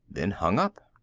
then hung up.